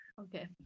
Okay